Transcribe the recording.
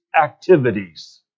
activities